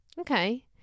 okay